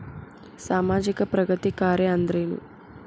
ಸಾಮಾಜಿಕ ಪ್ರಗತಿ ಕಾರ್ಯಾ ಅಂದ್ರೇನು?